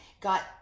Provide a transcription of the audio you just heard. got